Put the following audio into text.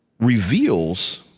reveals